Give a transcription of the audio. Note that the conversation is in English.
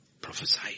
Prophesy